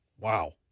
Wow